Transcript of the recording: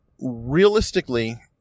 Realistically